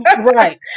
Right